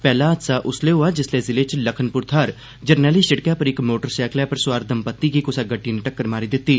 पैहला हादसा उस्सलै होआ जिस्सलै जिले च लखनपुर थाहर जरनैली सिड़कै पर इक मोटर सैकलै पर सोआर दम्पत्ति गी कुसा गड्डी नै टक्कर मारी दिती